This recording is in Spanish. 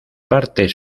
partes